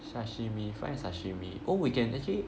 sashimi find sashimi oh we can actually